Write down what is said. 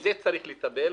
בזה צריך לטפל,